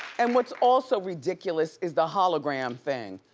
and what's also ridiculous is the hologram thing.